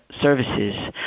services